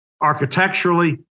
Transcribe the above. architecturally